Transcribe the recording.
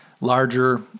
larger